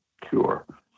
cure